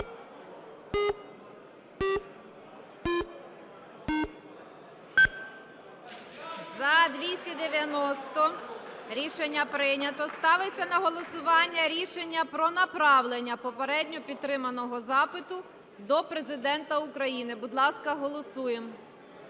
За-290 Рішення прийнято. Ставиться на голосування рішення про направлення попередньо підтриманого запиту до Президента України, будь ласка, голосуємо.